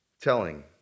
telling